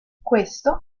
questo